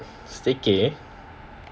staycation